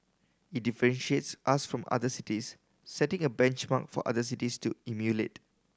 it differentiates us from other cities setting a benchmark for other cities to emulate